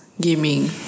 Gaming